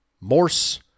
Morse